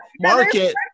market